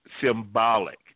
symbolic